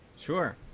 Sure